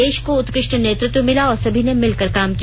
देश को उत्कृष्ट नेतृत्व मिला और सभी ने मिलकर काम किया